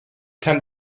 kann